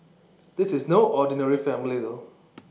this is no ordinary family though